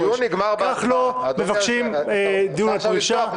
הדיון נגמר --- כך לא מבקשים דיון פרישה.